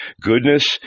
Goodness